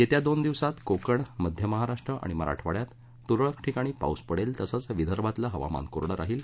येत्या दोन दिवसात कोकण मध्य महाराष्ट्र आणि मराठवाड्यात तुरळक ठिकाणी पाऊस पडेल तसंच विदर्भातलं हवामान कोरडं राहील